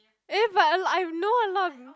eh but I I know a lot of